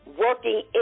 working